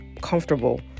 comfortable